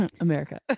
America